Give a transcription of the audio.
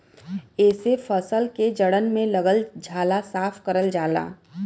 एसे फसल के जड़न में लगल झाला साफ करल जाला